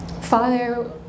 Father